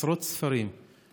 עשרות ספרים עמוקים,